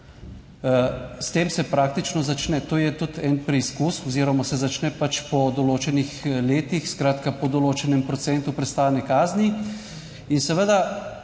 S tem se praktično začne, to je tudi en preizkus oziroma se začne pač po določenih letih, skratka, po določenem procentu prestajanja kazni.